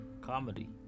comedy